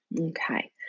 Okay